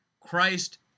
Christ